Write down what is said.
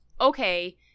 okay